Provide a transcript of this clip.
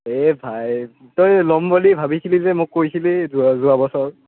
এই ভাই তই ল'ম বুলি ভাবিছিলি যে মোক কৈছিলি যোৱা বছৰ